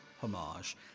homage